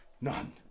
None